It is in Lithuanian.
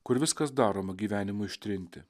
kur viskas daroma gyvenimui ištrinti